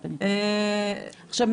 עכשיו,